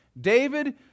David